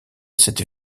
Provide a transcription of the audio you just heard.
cette